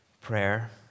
prayer